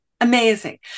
Amazing